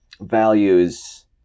values